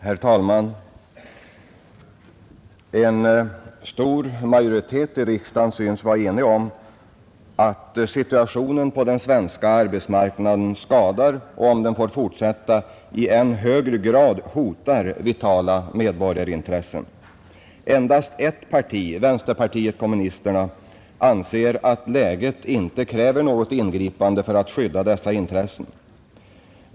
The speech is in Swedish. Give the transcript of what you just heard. Herr talman! En stor majoritet i riksdagen synes vara enig om att situationen på den svenska arbetsmarknaden skadar och, om den får fortsätta, i än högre grad hotar vitala medborgarintressen. Endast ett parti, vänsterpartiet kommunisterna, anser att läget inte kräver något ingripande för att skydda dessa intressen.